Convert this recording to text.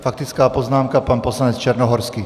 Faktická poznámka, pan poslanec Černohorský.